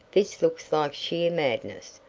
this looks like sheer madness.